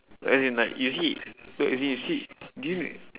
as in like you see no as in you see dude